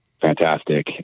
fantastic